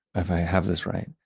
if i have this right,